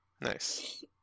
Nice